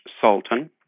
sultan